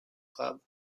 club